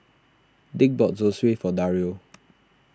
Dick bought Zosui for Dario